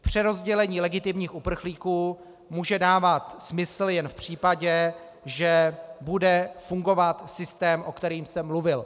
Přerozdělení legitimních uprchlíků může dávat smysl jen v případě, že bude fungovat systém, o kterém jsem mluvil.